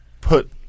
put